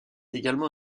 également